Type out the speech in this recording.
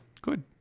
Good